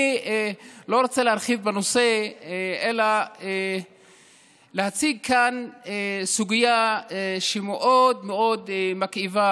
אני לא רוצה להרחיב בנושא אלא להציג כאן סוגיה שמאוד מאוד מכאיבה,